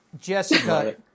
Jessica